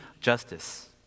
justice